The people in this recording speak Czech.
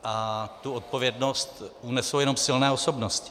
A tu odpovědnost unesou jenom silné osobnosti.